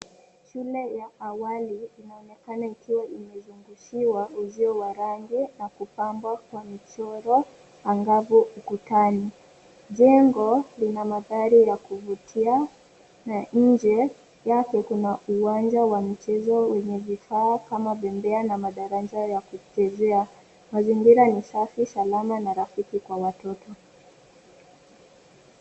Shule ya awali inaonekana ikiwa imezungushiwa uzio wa rangi na kupambwa kwa michoro angavu ukutani. Jengo lina mandhari ya kuvutia na nje yake kuna uwanja wa michezo wenye vifaa kama bembea na madaraja ya kuchezea. Mazingira ni safi, salama na rafiki kwa watoto.